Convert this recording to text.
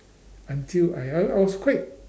until I I I was quite